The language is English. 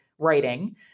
writing